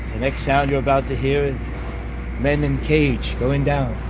next sound you're about to hear is men in cage going down.